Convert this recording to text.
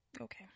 Okay